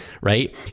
right